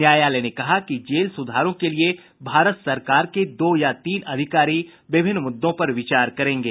न्यायालय ने कहा कि जेल सुधारों के लिए भारत सरकार के दो या तीन अधिकारी विभिन्न मुद्दों पर विचार करेंगे